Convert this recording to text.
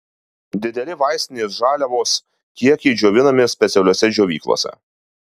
dideli vaistinės žaliavos kiekiai džiovinami specialiose džiovyklose